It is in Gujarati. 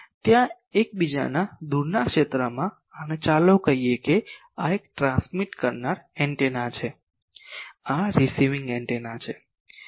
ત્યાં એકબીજાના દૂરના ક્ષેત્રમાં અને ચાલો કહીએ કે આ એક ટ્રાન્સમિટ કરનાર એન્ટેના છે આ રીસીવિંગ એન્ટેના છે